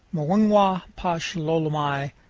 muingwa pash lolomai,